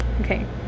Okay